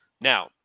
Now